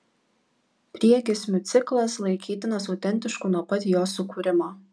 priegiesmių ciklas laikytinas autentišku nuo pat jo sukūrimo